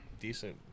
decent